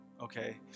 okay